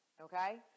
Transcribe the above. Okay